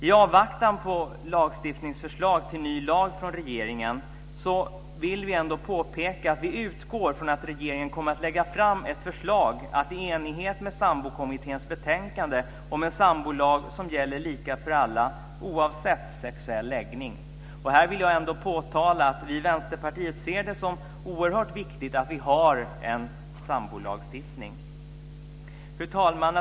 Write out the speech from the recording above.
I avvaktan på förslaget till ny lag från regeringen vill vi påpeka att vi utgår från att regeringen kommer att lägga fram ett förslag, i enlighet med Sambokommitténs betänkande, om en sambolag som gäller lika för alla oavsett sexuell läggning. Här vill jag påtala att vi i Vänsterpartiet ser det som oerhört viktigt att vi har en sambolagstiftning. Fru talman!